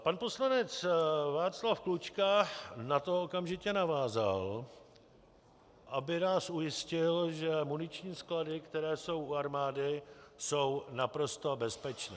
Pan poslanec Václav Klučka na to okamžitě navázal, aby nás ujistil, že muniční sklady, které jsou u armády, jsou naprosto bezpečné.